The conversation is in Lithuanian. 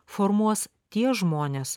formuos tie žmonės